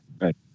Right